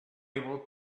unable